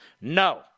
No